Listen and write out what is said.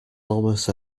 almost